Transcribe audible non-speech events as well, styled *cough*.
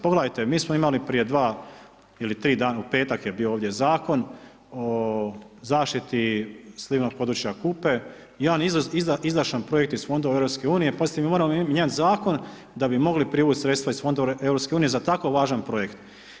Pogledajte mi smo imali prije 2 ili 3 dana, u petak je bio ovdje Zakon o zaštiti slivnog područja Kupe, jedan ... *unintelligible* projekt iz Fondova EU, pazite mi moramo mijenjati zakon da bi mogli privući sredstva iz Fondova EU za tako važan projekt.